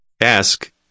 Ask